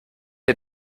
dir